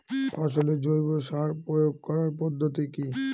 ফসলে জৈব সার প্রয়োগ করার পদ্ধতি কি?